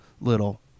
little